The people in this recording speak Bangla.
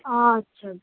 আচ্ছা